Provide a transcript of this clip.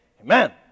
Amen